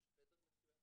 יש חדר מסוים,